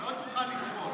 לא תוכל לסבול.